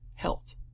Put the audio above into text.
health